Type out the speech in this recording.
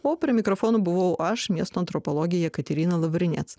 o prie mikrofono buvau aš miesto antropologė jekaterina lavrinėc